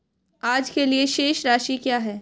आज के लिए शेष राशि क्या है?